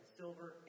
silver